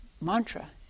mantra